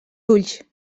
ulls